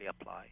apply